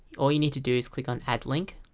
all you need to do is click on add link